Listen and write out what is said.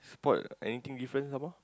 spot anything different some more